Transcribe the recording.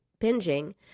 binging